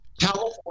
California